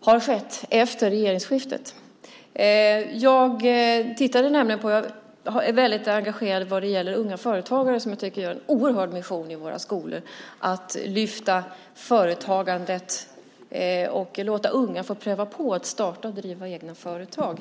har skett efter regeringsskiftet. Jag är väldigt engagerad vad gäller Unga Företagare som jag tycker har en oerhörd mission i våra skolor när det gäller att lyfta fram företagandet och låta unga få pröva på att starta och driva egna företag.